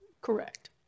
Correct